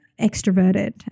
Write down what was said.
extroverted